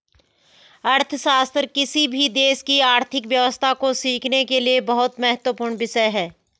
अर्थशास्त्र किसी भी देश की आर्थिक व्यवस्था को सीखने के लिए बहुत महत्वपूर्ण विषय हैं